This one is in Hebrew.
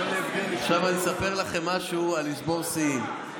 עכשיו אני אספר לכם משהו על לשבור שיאים.